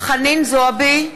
חנין זועבי,